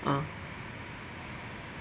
ah